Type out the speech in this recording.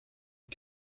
die